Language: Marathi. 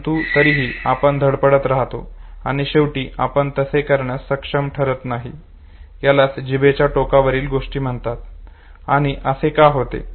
परंतु तरीही आपण धडपडत राहतो आणि शेवटी आपण तसे करण्यास सक्षम ठरत नाही यालाच जिभेच्या टोकावरील गोष्टी म्हणतात आणि असे का होते